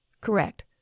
correct